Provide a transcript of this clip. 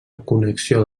connexió